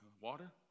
water